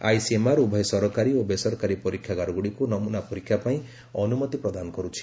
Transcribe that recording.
ICMR ଉଭୟ ସରକାରୀ ଓ ବେସରକାରୀ ପରୀକ୍ଷାଗାରଗୁଡ଼ିକୁ ନମୁନା ପରୀକ୍ଷା ପାଇଁ ଅନୁମତି ପ୍ରଦାନ କରୁଛି